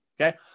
Okay